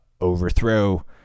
overthrow